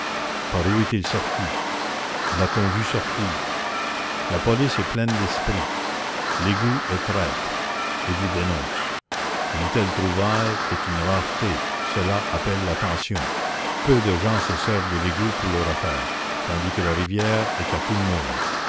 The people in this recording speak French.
par où est-il sorti l'a-t-on vu sortir la police est pleine d'esprit l'égout est traître et vous dénonce une telle trouvaille est une rareté cela appelle l'attention peu de gens se servent de l'égout pour leurs affaires tandis que la rivière est à tout le monde